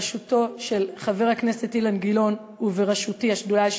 בראשותו של חבר הכנסת אילן גילאון ובראשותי ושל השדולה החברתית-כלכלית,